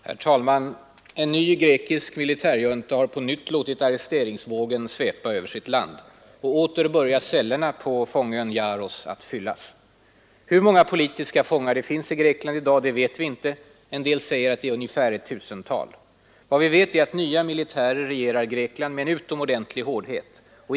Herr talman! En ny grekisk militärjunta har på nytt låtit arresteringsvågen svepa över sitt land. Åter börjar cellerna på fångön Yaros att fyllas. Hur många politiska fångar det finns i Grekland i dag vet vi inte. En del säger att det är ungefär ett tusental. Vad vi vet är att nya militärer regerar Grekland med en utomordentlig hårdhet.